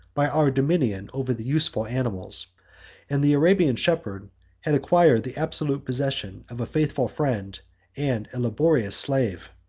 by our dominion over the useful animals and the arabian shepherd had acquired the absolute possession of a faithful friend and a laborious slave.